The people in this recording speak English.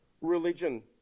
religion